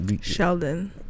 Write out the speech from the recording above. Sheldon